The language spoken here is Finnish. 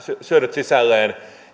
syöneet sisälleen